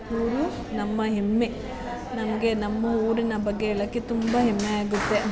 ಊರು ನಮ್ಮ ಹೆಮ್ಮೆ ನನಗೆ ನಮ್ಮ ಊರಿನ ಬಗ್ಗೆ ಹೇಳೋಕ್ಕೆ ತುಂಬ ಹೆಮ್ಮೆ ಆಗುತ್ತೆ